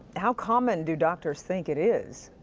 how common do doctors think it is?